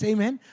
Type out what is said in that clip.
Amen